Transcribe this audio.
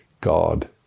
God